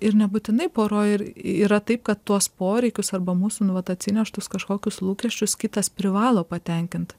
ir nebūtinai poroj ir yra taip kad tuos poreikius arba mūsų nu vat atsineštus kažkokius lūkesčius kitas privalo patenkint